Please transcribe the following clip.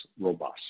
robust